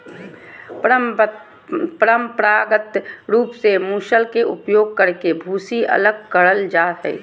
परंपरागत रूप से मूसल के उपयोग करके भूसी अलग करल जा हई,